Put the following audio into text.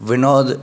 Vinod